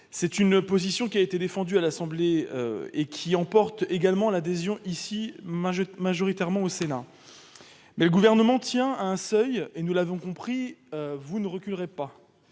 C'est une position qui a été défendue à l'Assemblée nationale et qui emporte également l'adhésion ici de la majorité du Sénat. Mais le Gouvernement tient à un seuil et, nous l'avons compris, vous ne reculerez pas,